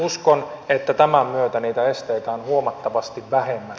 uskon että tämän myötä niitä esteitä on huomattavasti vähemmän